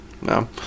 No